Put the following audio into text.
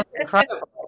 incredible